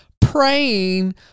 praying